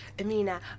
Amina